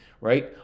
right